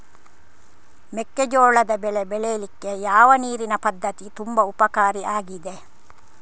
ಮೆಕ್ಕೆಜೋಳದ ಬೆಳೆ ಬೆಳೀಲಿಕ್ಕೆ ಯಾವ ನೀರಿನ ಪದ್ಧತಿ ತುಂಬಾ ಉಪಕಾರಿ ಆಗಿದೆ?